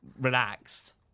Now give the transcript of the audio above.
relaxed